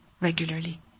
regularly